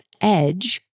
edge